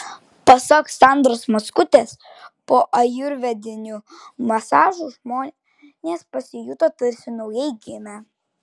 pasak sandros mockutės po ajurvedinių masažų žmonės pasijuto tarsi naujai gimę